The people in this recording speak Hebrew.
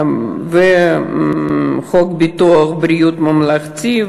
חוק ביטוח בריאות ממלכתי,